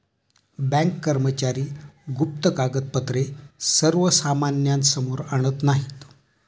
bank कर्मचारी गुप्त कागदपत्रे सर्वसामान्यांसमोर आणत नाहीत